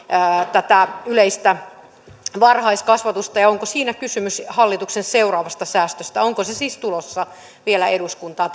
tätä yleistä varhaiskasvatusta ja onko siinä kysymys hallituksen seuraavasta säästöstä onko tämä kerhotoiminnan salliminen siis tulossa vielä eduskuntaan